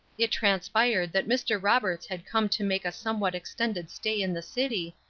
it transpired that mr. roberts had come to make a somewhat extended stay in the city,